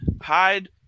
hide